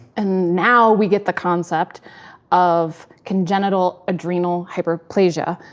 and now we get the concept of congenital adrenal hyperplasia,